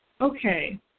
Okay